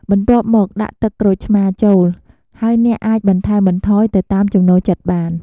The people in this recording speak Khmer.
បន្ទាប់មកដាក់ទឹកក្រូចឆ្មាចូល ហើយអ្នកអាចបន្ថែមបន្ថយទៅតាមចំណូលចិត្តបាន។